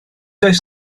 does